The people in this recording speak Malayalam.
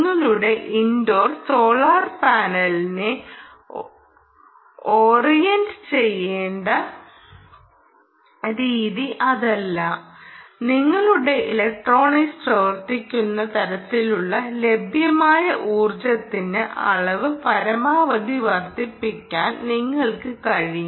നിങ്ങളുടെ ഇൻഡോർ സോളാർ പാനലിനെ ഓറിയന്റുചെയ്യേണ്ട രീതി അതല്ല നിങ്ങളുടെ ഇലക്ട്രോണിക്സ് പ്രവർത്തിക്കുന്ന തരത്തിലുള്ള ലഭ്യമായ ഊർജ്ജത്തിന്റെ അളവ് പരമാവധി വർദ്ധിപ്പിക്കാൻ നിങ്ങൾക്ക് കഴിയും